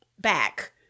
back